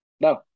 no